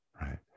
right